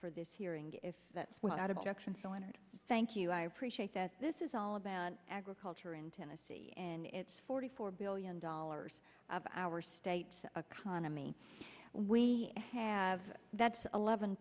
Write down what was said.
for this hearing if that's without objection so i entered thank you i appreciate that this is all about agriculture in tennessee and it's forty four billion dollars of our state's khana me we have that's eleven